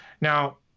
now